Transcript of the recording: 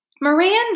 Miranda